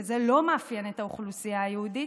וזה לא מאפיין את האוכלוסייה היהודית,